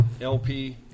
LP